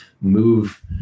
move